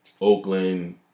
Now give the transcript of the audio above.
Oakland